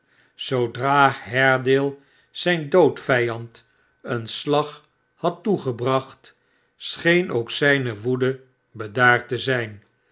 zoodra haredale zijn doodvijand een slag had toegebracht scheen ook zijne woede bedaard te zijn